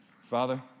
Father